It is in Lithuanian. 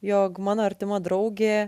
jog mano artima draugė